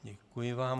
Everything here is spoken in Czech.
Děkuji vám.